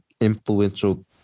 influential